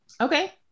okay